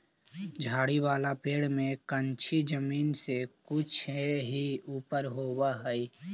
झाड़ी वाला पेड़ में कंछी जमीन से कुछे ही ऊपर होवऽ हई